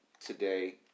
today